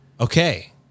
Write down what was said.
Okay